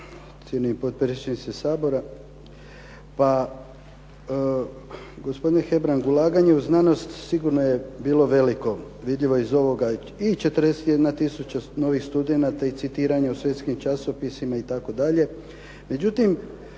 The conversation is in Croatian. Cijenjeni potpredsjedniče Sabora. Pa gospodine Hebrang ulaganje u znanost sigurno je bilo veliko vidljivo iz ovog i 41 tisuća novih studenata i citiranja u svjetskim časopisima itd.